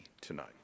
tonight